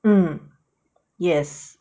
um yes